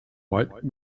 white